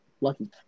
Lucky